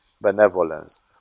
benevolence